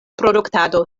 produktado